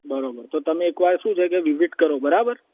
બરાબર તો તમે એકવાર શું છે કે વિઝિટ કરો બરાબર